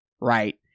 right